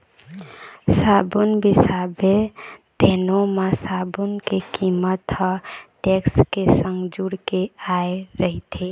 साबून बिसाबे तेनो म साबून के कीमत ह टेक्स के संग जुड़ के आय रहिथे